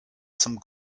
some